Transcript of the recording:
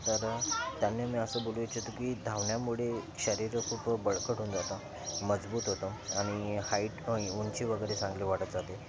तर त्यांनी मी असं बोलू इच्छितो की धावण्यामुळे शरीर खूप बळकट होऊन जातं मजबूत होतं आणि हाईट उंची वगैरे चांगली वाढत जाते